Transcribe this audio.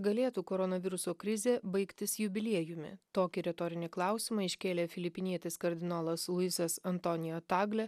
galėtų koronaviruso krizė baigtis jubiliejumi tokį retorinį klausimą iškėlė filipinietis kardinolas luisas antonijo taglė